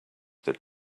that